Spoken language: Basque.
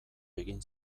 egin